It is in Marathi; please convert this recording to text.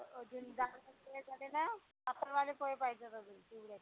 अजून जाडवाले पोहे झाले ना पातळवाले पोहे पाहिजेत अजून चिवड्याला